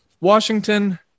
Washington